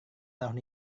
tahun